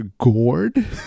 gourd